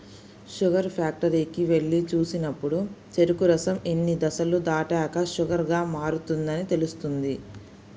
sugar ఫ్యాక్టరీకి వెళ్లి చూసినప్పుడు చెరుకు రసం ఇన్ని దశలు దాటాక షుగర్ గా మారుతుందని తెలుస్తుంది